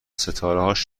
ستارههاش